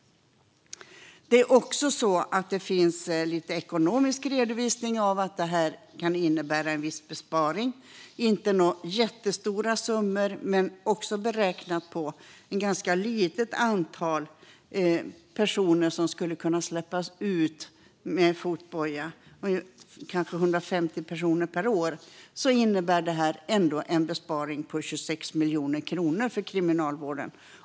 Det finns också ekonomiska redovisningar som tyder på att detta kan innebära en viss besparing. Det handlar inte om några jättestora summor, men beräknat på ett ganska litet antal personer som skulle kunna släppas ut med fotboja - kanske 150 personer per år - innebär detta ändå en besparing på 26 miljoner kronor för Kriminalvården.